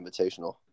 Invitational